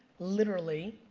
literally,